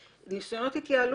וכמה תנסו להתייעל